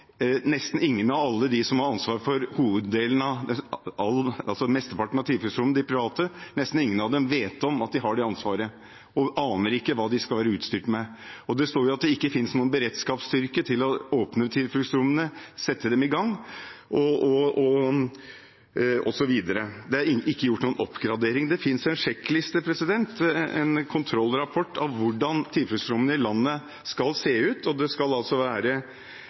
nesten ingen av dem som har ansvar for mesteparten av de private tilfluktsrommene, vet om at de har det ansvaret, og de aner ikke hva tilfluktsrommene skal være utstyrt med. Det står at det ikke finnes noen beredskapsstyrke til å åpne tilfluktsrommene, sette dem i gang, osv. Det er ikke gjort noen oppgradering. Det finnes en sjekkliste – en kontrollrapport for hvordan tilfluktsrommene i landet skal se ut. Det skal være